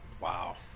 Wow